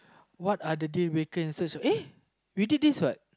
what are the uh we did this what